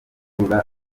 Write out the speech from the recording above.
ikurura